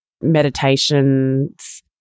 meditations